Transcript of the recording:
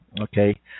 okay